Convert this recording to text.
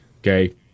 Okay